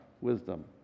wisdom